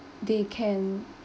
they can